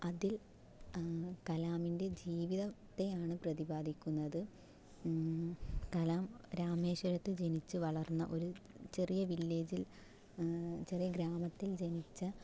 അതിൽ കലാമിൻ്റെ ജീവിതത്തെയാണ് പ്രതിപാദിക്കുന്നത് കലാം രാമേശ്വരത്ത് ജനിച്ചു വളർന്ന ഒരു ചെറിയ വില്ലേജിൽ ചെറിയ ഗ്രാമത്തിൽ ജനിച്ച